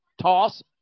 toss